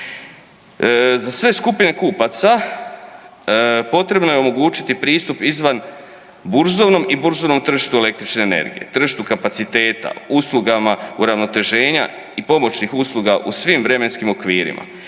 Za sve skupine kupaca potrebno je omogućiti pristup izvanburzovnom i burzovnom tržištu električne energije, tržištu kapaciteta, uslugama uravnoteženja i pomoćnih usluga u svim vremenskim okvirima